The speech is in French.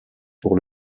pour